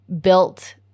built